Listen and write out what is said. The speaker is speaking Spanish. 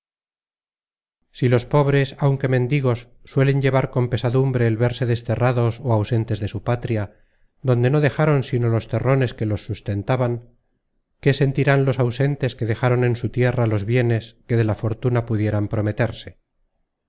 si los pobres aunque mendigos suelen llevar con pesadumbre el verse desterrados ó ausentes de su patria donde no dejaron sino los terrones que los sustentaban qué sentirán los ausentes que dejaron en su tierra los bienes que de la fortuna pudieran prometerse